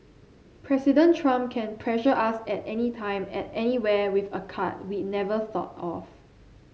President Trump can pressure us at anytime at anywhere with a card we never thought of